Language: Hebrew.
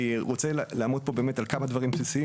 אני רוצה לעמוד פה באמת על כמה דברים בסיסיים